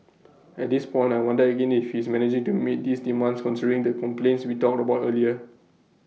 at this point I wonder again if he's managing to meet these demands considering the complaints we talked about earlier